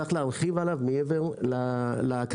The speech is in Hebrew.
צריך להרחיב עליו מעבר לאקדמיה.